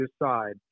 decide